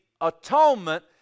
atonement